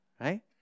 right